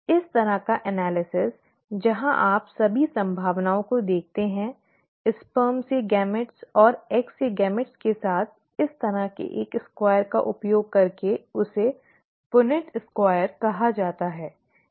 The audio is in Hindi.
इस तरह का विश्लेषण जहां आप सभी संभावनाओं को देखते हैं शुक्राणु से युग्मक और अंडे से युग्मक के साथ इस तरह के एक स्क्वायर का उपयोग करके उसे पुनेट स्क्वायर'Punnett Square' कहा जाता है ठीक है